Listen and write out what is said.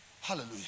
Hallelujah